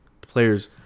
players